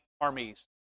armies